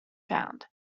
found